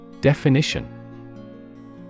Definition